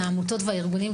העמותות והארגונים,